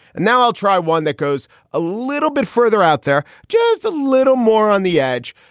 and now i'll try one that goes a little bit further out there, just a little more on the edge,